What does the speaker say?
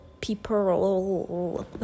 people